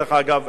דרך אגב,